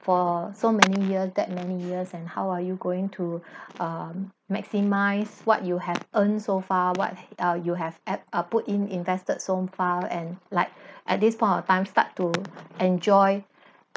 for so many years that many years and how are you going to um maximise what you have earned so far what uh you have add uh put in invested so far and like at this point of time start to enjoy